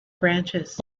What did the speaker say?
branches